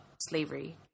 slavery